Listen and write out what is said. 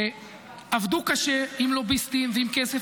שעבדו קשה עם לוביסטים ועם כסף.